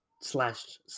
slash